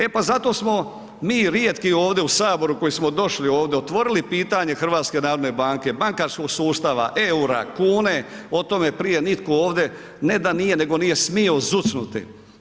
E pa zato smo mi rijetki ovdje u Saboru koji smo došli ovdje, otvorili pitanje HNB-a, bankarskog sustava, eura, kune o tome prije nitko ovdje ne da nije, nego nije smio zucnuti.